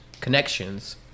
connections